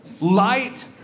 Light